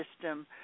system